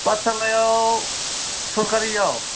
पाठसालायाव सरखारियाव